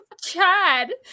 chad